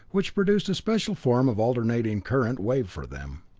which produced a special form of alternating current wave for them.